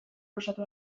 luzatu